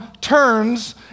turns